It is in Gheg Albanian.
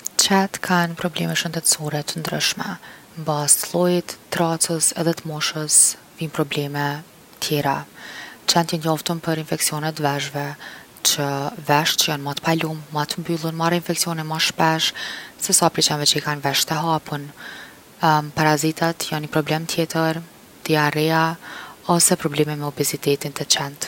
Qent kan probleme shëndetsore t’ndryshme n’bazë t’llojit, t’racës edhe t’moshës vijn’ probleme tjera. Qent jon t’njoftun për infeksione t’veshve që vesht që jon ma t’palum, ma t’mbyllun marrin infeksione ma shpesh se sa prej qenve që i kan’ vesht e hapun. parazitat jon ni problem tjetër, diarrea, ose probleme me obezitetin te qent.